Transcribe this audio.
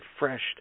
refreshed